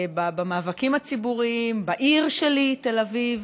במאבקים הציבוריים, בעיר שלי תל אביב.